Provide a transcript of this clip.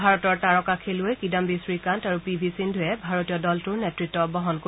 ভাৰতৰ তাৰকা খেলুৱৈ কিদান্নী শ্ৰীকান্ত আৰু পি ভি সিন্ধুৱে ভাৰতীয় দলটোৰ নেতৃত্ব বহন কৰিব